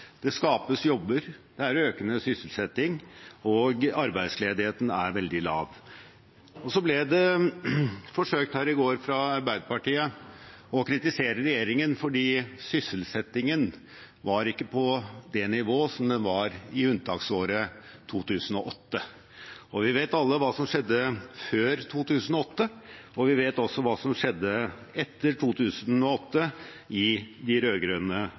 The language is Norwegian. Det skapes jobber, det er økende sysselsetting, og arbeidsledigheten er veldig lav. Det ble forsøkt her i går fra Arbeiderpartiet å kritisere regjeringen fordi sysselsettingen ikke var på det samme nivået som i unntaksåret 2008. Vi vet alle hva som skjedde før 2008, og vi vet også hva som skjedde etter 2008, i de